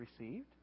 received